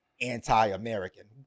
anti-American